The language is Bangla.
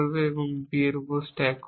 এবং B এর উপর স্ট্যাক করবে